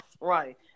Right